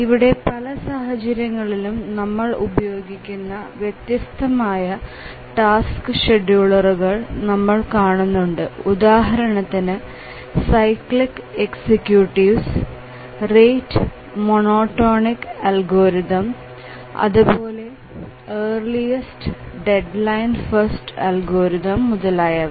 ഇവിടെ പല സാഹചര്യങ്ങളിലും നമ്മൾ ഉപയോഗിക്കുന്ന വ്യത്യസ്തമായ ടാസ്ക് ഷെഡ്യൂളറുകൾ നമ്മൾ കാണുന്നുണ്ട് ഉദാഹരണത്തിന് cyclic executives rate monotonic algorithm അതുപോലെ ഏർലിസ്റ് ഡെഡ്ലൈൻ ഫസ്റ്റ് അൽഗോരിതം മുതലായവ